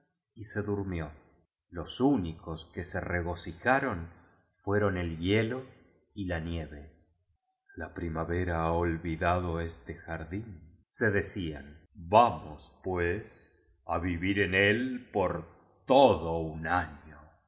y se durmió los únicos que se regocijaron fueron el hielo y la nieve la primavera ha olvidado este jar dín se decían vamos pues á vivir en él por todo un año